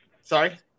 Sorry